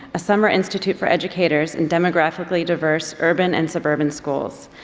a summer institute for educators in demographically diverse urban and suburban schools.